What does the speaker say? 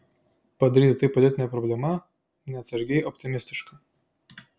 padaryti tai politine problema neatsargiai optimistiška